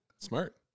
Smart